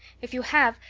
if you have,